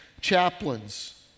chaplains